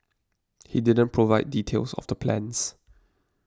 he didn't provide details of the plans